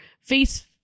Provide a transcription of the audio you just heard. face